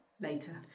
later